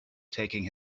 taking